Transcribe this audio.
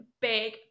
Big